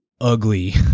ugly